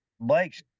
Blake's